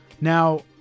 Now